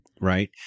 Right